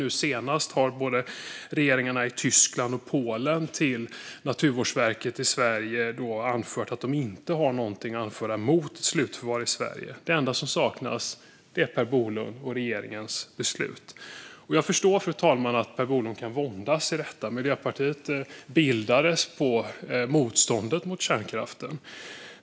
Nu senast har regeringarna i både Tyskland och Polen meddelat Naturvårdsverket i Sverige att de inte har något att anföra mot slutförvar i Sverige. Det enda som saknas är Per Bolunds och regeringens beslut. Jag förstår, fru talman, att Per Bolund våndas över detta. Miljöpartiet bildades på motståndet mot kärnkraften.